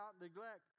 neglect